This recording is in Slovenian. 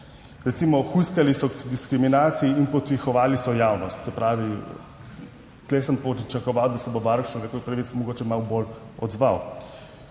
Recimo, hujskali so k diskriminaciji in podpihovali so javnost – se pravi, tu sem pričakoval, da se bo Varuh človekovih pravic mogoče malo bolj odzval